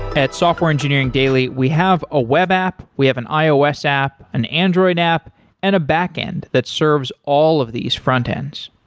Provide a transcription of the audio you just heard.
at software engineering daily, we have a web, we have an ios app, an android app and a backend that serves all of these frontends.